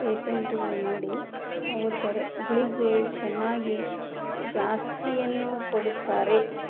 ಪೇಸೆಂಟುಗಳು ನೋಡಿ ಹೋಗುತ್ತಾರೆ ಗುಳಿಗ್ಗಳು ಚೆನ್ನಾಗಿ ಜಾಸ್ತಿಯನ್ನು ಕೊಡುತ್ತಾರೆ